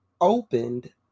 opened